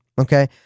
okay